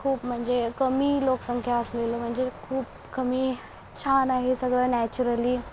खूप म्हणजे कमी लोकसंख्या असलेलं म्हणजे खूप कमी छान आहे सगळं नॅचरली